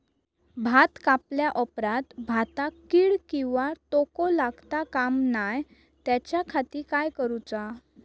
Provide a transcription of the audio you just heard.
भात कापल्या ऑप्रात भाताक कीड किंवा तोको लगता काम नाय त्याच्या खाती काय करुचा?